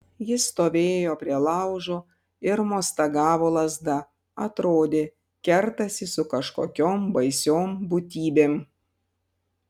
jis stovėjo prie laužo ir mostagavo lazda atrodė kertasi su kažkokiom baisiom būtybėm